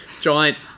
giant